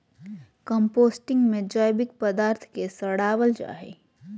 composting में जैविक पदार्थ के सड़ाबल जा हइ